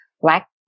black